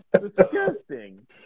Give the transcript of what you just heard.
disgusting